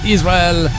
Israel